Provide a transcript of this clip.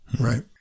Right